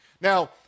Now